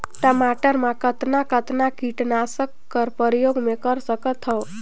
टमाटर म कतना कतना कीटनाशक कर प्रयोग मै कर सकथव?